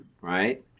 right